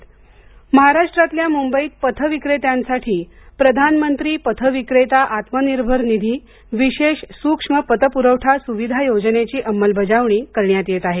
मंबई पथविक्रेते निधी महाराष्ट्रातल्या मुंबईत पथविक्रेत्यांसाठी प्रधानमंत्री पथविक्रेता आत्मनिर्भर निधी विशेष सूक्ष्म पतपुरवठा सुविधा योजनेची अंमलबजावणी करण्यात येत आहे